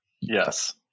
yes